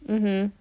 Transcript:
mmhmm